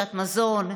ברכישת מזון,